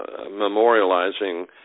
memorializing